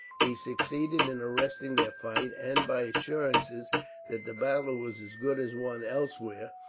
he succeeded in arresting their flight and, by assurances that the battle was as good as won elsewhere,